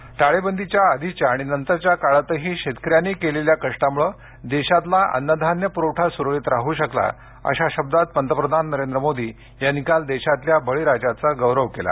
मोदी टाळेबंदीआधीच्या आणि नंतरच्या काळातही शेतकऱ्यांनी केलेल्या कष्टामुळे देशातला अन्नधान्य पुरवठा सुरळीत राहू शकला अशा शब्दात पंतप्रधान नरेंद्र मोदी यांनी आज देशातल्या बळीराजाचा गौरव केला